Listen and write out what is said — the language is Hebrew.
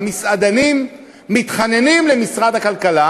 המסעדנים מתחננים למשרד הכלכלה: